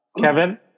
Kevin